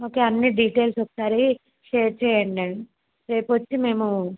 okay అన్నీ details ఒకసారి share చేయండి రేపు వచ్చి మేము